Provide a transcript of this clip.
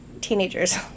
teenagers